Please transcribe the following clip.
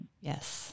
Yes